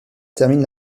termine